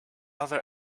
other